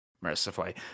Mercifully